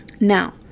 Now